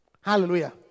Hallelujah